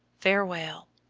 farewell!